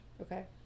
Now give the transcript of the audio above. Okay